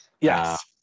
Yes